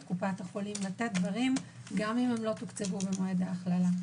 קופת החולים לתת דברים גם אם הם לא תוקצבו במועד ההכללה.